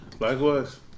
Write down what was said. Likewise